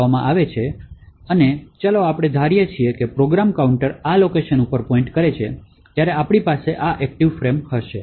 જ્યારે main ચલાવવામાં આવે છે અને ચાલો આપણે કે ધારીએ પ્રોગ્રામ કાઉન્ટર આ લોકેશન પર પોઈન્ટ કરે છે ત્યારે આપડી પાસે આ એક્ટિવ ફ્રેમ તરીકે હશે